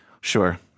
Sure